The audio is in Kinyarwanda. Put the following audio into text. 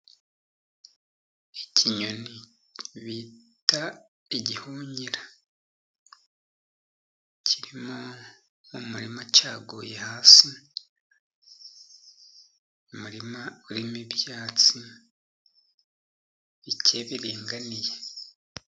Ikinyoni bita igihunyira, kiri mu murima cyaguye hasi umurima urimo ibyatsi bike biringaniye.